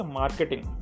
marketing